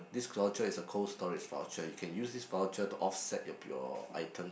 this voucher is a Cold Storage voucher you can use this voucher to offset of your items